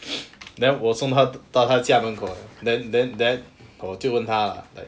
then 我送她到她家门口 then then then 我就问她